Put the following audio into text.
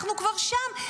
אנחנו כבר שם.